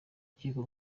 urukiko